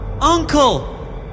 uncle